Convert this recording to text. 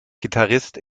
gitarrist